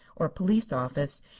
or police office,